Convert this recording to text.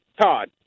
Todd